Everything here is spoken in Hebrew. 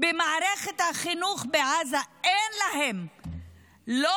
במערכת החינוך בעזה לא היו לימודים